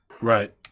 Right